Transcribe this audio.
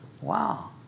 wow